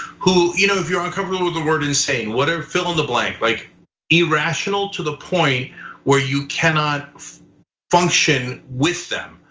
you know if you're uncomfortable with the word insane, whatever fill in the blank. like irrational to the point where you cannot function with them.